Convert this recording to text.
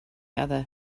other